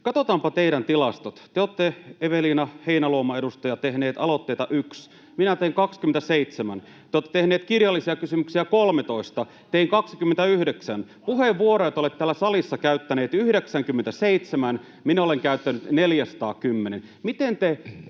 Katsotaanpa teidän tilastot. Te olette, edustaja Eveliina Heinäluoma, tehnyt aloitteita yhden, minä tein 27, te olette tehnyt kirjallisia kysymyksiä 13, tein 29, puheenvuoroja te olette täällä salissa käyttänyt 97, minä olen käyttänyt 410. Miten te,